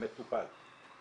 המטופל.